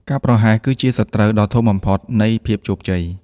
ការប្រហែសគឺជាសត្រូវដ៏ធំបំផុតនៃភាពជោគជ័យ។